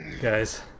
Guys